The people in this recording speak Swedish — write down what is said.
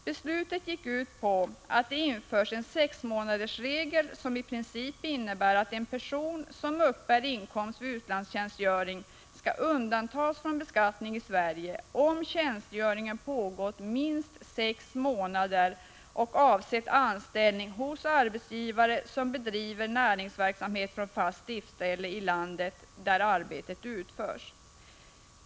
Beslutet gick ut på att det införs en sexmånadersregel, som i prinicp innebär att en person som uppbär inkomst vid utlandstjänstgöring skall undantas från beskattning i Sverige, om tjänstgöringen har pågått minst sex månader och avsett anställning hos arbetsgivare, som bedriver näringsverksamhet från fast driftsställe i det land där arbetet utförs.